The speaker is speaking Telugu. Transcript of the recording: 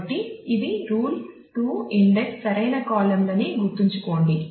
కాబట్టి ఇది రూల్ 2 ఇండెక్స్ సరైన కాలమ్ లని గుర్తుంచుకోండి